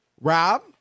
Rob